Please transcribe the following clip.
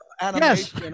yes